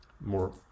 more